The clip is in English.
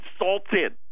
insulted